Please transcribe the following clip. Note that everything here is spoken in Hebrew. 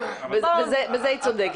בזה היא צודקת.